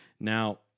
Now